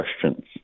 questions